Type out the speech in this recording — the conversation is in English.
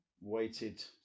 weighted